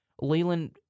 Leland